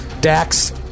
Dax